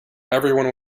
everyone